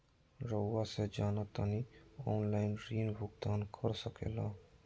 रहुआ से जाना तानी ऑनलाइन ऋण भुगतान कर सके ला?